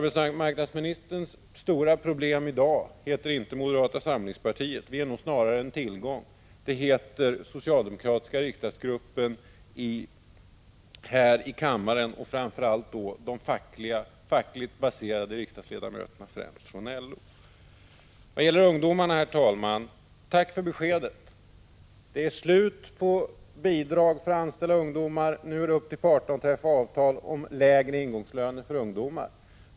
Det stora problemet i dag för arbetsmarknadsministern heter inte moderata samlingspartiet — vi är nog snarare en tillgång — utan det heter den socialdemokratiska riksdagsgruppen och framför allt de fackligt baserade riksdagsledamöterna, främst från LO. Beträffande ungdomarna: Tack för beskedet! Det är alltså slut med bidrag för att anställa ungdomar — nu är det upp till parterna att träffa avtal om lägre ingångslöner för ungdomar.